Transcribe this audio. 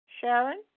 Sharon